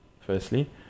firstly